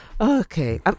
Okay